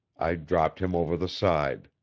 i dropped him over the side.